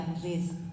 please